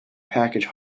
package